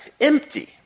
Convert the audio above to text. empty